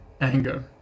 anger